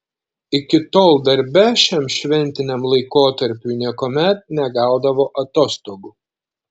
iki tol darbe šiam šventiniam laikotarpiui niekuomet negaudavo atostogų